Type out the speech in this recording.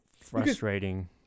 frustrating